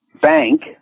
bank